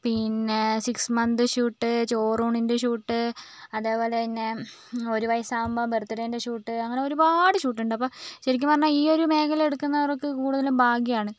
പിന്നേ six month shoot ചോറൂണിൻറ്റെ shoot അതേപോലെ പിന്നേ ഒരു വയസ്സാകുമ്പോൾ ബർത്ത് ഡേൻറ്റെ ഷൂട്ട് അങ്ങനേ ഒരുപാട് ഷൂട്ടുണ്ട് അപ്പോൾ ശരിക്കും പറഞ്ഞാൽ ഈ ഒരു മേഖല എടുക്കുന്നവർക്ക് കൂടുതലും ഭാഗ്യമാണ്